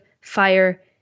fire